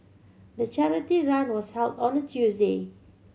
the charity run was held on a Tuesday